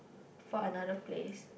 for another place